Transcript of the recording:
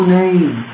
name